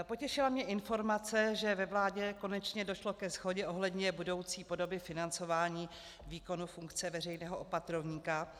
Potěšila mě informace, že ve vládě konečně došlo ke shodě ohledně budoucí podoby financování výkonu funkce veřejného opatrovníka.